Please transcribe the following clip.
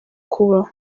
kubaho